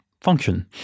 function